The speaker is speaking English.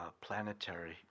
planetary